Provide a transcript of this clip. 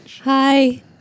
Hi